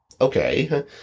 okay